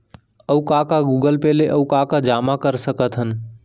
अऊ का का गूगल पे ले अऊ का का जामा कर सकथन?